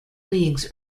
leagues